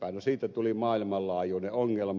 no siitä tuli maailmanlaajuinen ongelma